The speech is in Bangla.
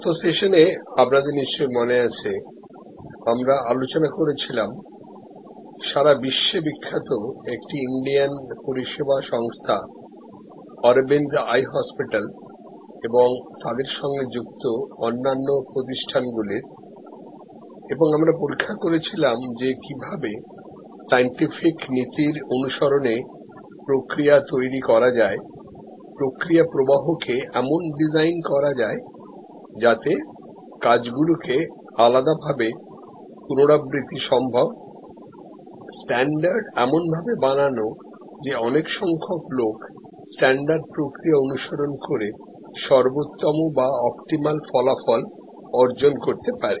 গত সেশনে আপনাদের নিশ্চয়ই মনে আছে আমরা আলোচনা করেছিলাম সারা বিশ্বে বিখ্যাত একটি ইন্ডিয়ান পরিষেবা সংস্থা অরবিন্দ আই হসপিটাল এবং তাদের সঙ্গে যুক্ত অন্যান্য প্রতিষ্ঠানগুলির এবং আমরা পরীক্ষা করেছিলাম যে কিভাবে সাইন্টিফিক নীতির অনুসরণে প্রক্রিয়া তৈরি করা যায় প্রক্রিয়া প্রবাহ কে এমন ডিজাইন করা যায় যাতে কাজগুলিকে আলাদা ভাবে পুনরাবৃত্তি সম্ভব স্ট্যান্ডার্ড এমনভাবে বানানো যে অনেক সংখ্যক লোক স্ট্যান্ডার্ড প্রক্রিয়া অনুসরণ করে সর্বোত্তম বা অপটিমাল ফলাফল অর্জন করতে পারে